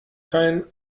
kein